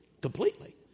completely